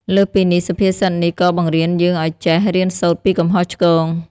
លើសពីនេះ សុភាសិតនេះក៏បង្រៀនយើងឱ្យចេះ រៀនសូត្រពីកំហុសឆ្គង។